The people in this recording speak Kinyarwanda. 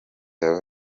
yawe